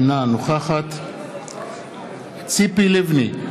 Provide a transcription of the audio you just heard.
אינה נוכחת ציפי לבני,